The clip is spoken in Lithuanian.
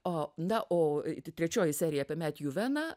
o na o trečioji serija apiemetjų veną